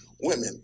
women